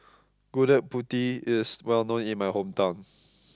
Gudeg Putih is well known in my hometown